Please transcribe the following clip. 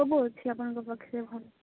ସବୁ ଅଛି ଆପଣଙ୍କ ପାଖରେ